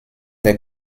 der